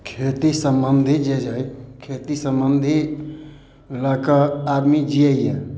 खेती समन्धी जे हइ खेती समन्धी लऽ कऽ आदमी जियैया